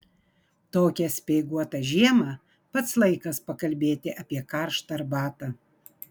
tokią speiguotą žiemą pats laikas pakalbėti apie karštą arbatą